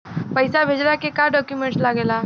पैसा भेजला के का डॉक्यूमेंट लागेला?